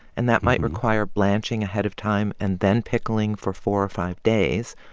and that might require blanching ahead of time and then pickling for four or five days.